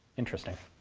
interesting.